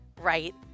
right